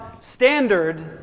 standard